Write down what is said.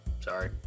Sorry